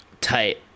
Tight